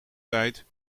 tijd